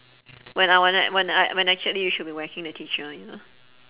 when I want e~ when I when I chat then you should be whacking the teacher you know